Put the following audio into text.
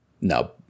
No